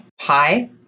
Hi